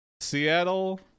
seattle